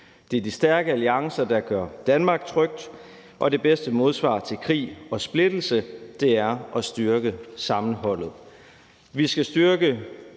Det er de stærke alliancer, der gør Danmark trygt, og det bedste modsvar til krig og splittelse er at styrke sammenholdet.